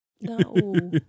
no